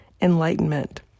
enlightenment